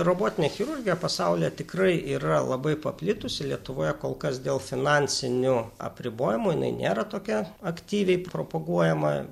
robotinė chirurgija pasaulyje tikrai yra labai paplitusi lietuvoje kol kas dėl finansinių apribojimų jinai nėra tokia aktyviai propaguojama